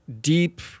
deep